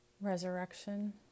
resurrection